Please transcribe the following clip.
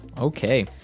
Okay